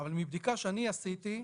אבל מבדיקה שאני עשיתי,